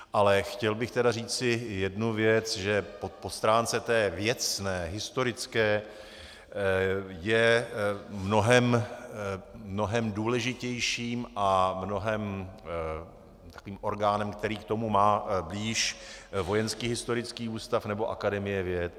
Ale chtěl bych tedy říci jednu věc, že po stránce té věcné, historické, je mnohem důležitějším a mnohem... tím orgánem, který k tomu má blíž, Vojenský historický ústav nebo Akademie věd.